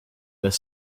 their